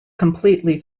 completely